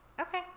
Okay